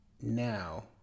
now